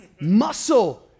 Muscle